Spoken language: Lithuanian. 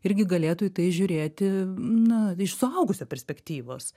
irgi galėtų į tai žiūrėti na iš suaugusio perspektyvos